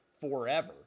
forever